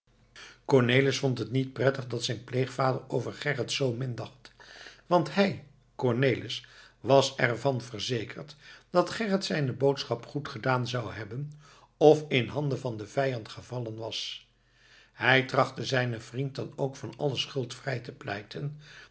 cornelis vond het niet prettig dat zijn pleegvader over gerrit zoo min dacht want hij cornelis was ervan verzekerd dat gerrit zijne boodschap goed gedaan zou hebben of in handen van den vijand gevallen was hij trachtte zijnen vriend dan ook van alle schuld vrij te pleiten